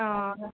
অঁ